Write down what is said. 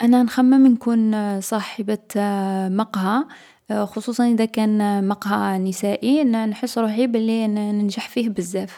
أنا نخمم نكون صاحبة مقهى، خصوصا ادا كان مقهى نسائي نـ نحس روحي بلي نـ ننجح فيه بزاف.